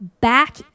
back